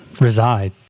reside